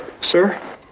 Sir